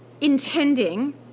intending